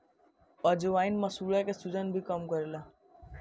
अजवाईन मसूड़ा के सुजन भी कम करेला